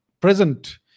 present